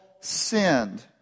sinned